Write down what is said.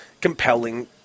compelling